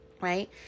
right